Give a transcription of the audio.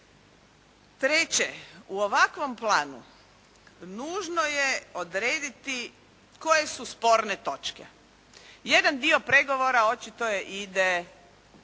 Treće. U ovakvom planu nužno je odrediti koje su sporne točke. Jedan dio pregovora očito ide